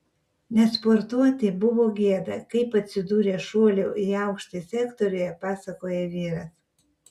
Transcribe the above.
nesportuoti buvo gėda kaip atsidūrė šuolių į aukštį sektoriuje pasakoja vyras